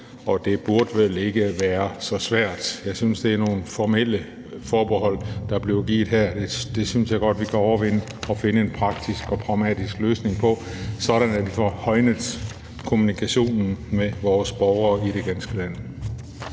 og det burde vel ikke være så svært. Jeg synes, det er nogle formelle forbehold, der er blevet nævnt her, og det synes jeg godt vi kan overvinde og finde en praktisk og pragmatisk løsning på, sådan at vi får højnet kommunikationen til vores borgere i det ganske land.